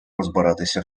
розбиратися